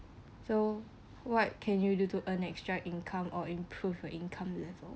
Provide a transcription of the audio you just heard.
so what can you do to earn extra income or improve your income level